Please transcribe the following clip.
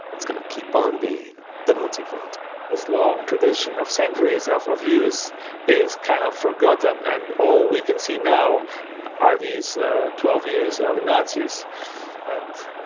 it's going to keep on being the nazi font this long tradition of centuries of of use is kind of forgotten and all we can see now are these twelve years of nazis and